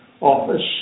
office